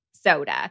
soda